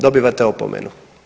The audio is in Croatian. Dobivate opomenu.